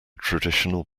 traditional